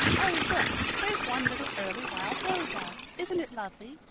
oh, look, there's one little early wild rose out! isn't it lovely?